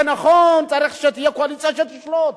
זה נכון, צריך שתהיה קואליציה שתשמור,